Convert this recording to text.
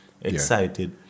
excited